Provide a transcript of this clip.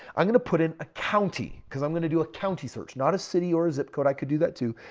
i'm going to put in a county. because i'm going to do a county search. not a city or a zip code. i could do that too.